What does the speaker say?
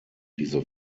diese